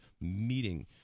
meeting